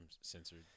censored